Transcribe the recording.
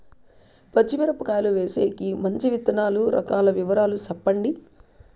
పచ్చి మిరపకాయలు వేసేకి మంచి విత్తనాలు రకాల వివరాలు చెప్పండి?